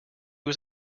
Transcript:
was